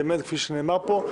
כפי שנאמר פה,